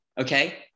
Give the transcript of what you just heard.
Okay